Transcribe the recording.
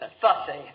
Fussy